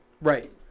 Right